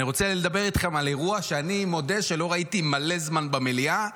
אני רוצה לדבר אתכם על אירוע שאני מודה שלא ראיתי מלא זמן במליאה.